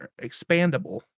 expandable